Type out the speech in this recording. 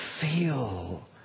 feel